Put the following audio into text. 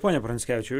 pone pranckevičiau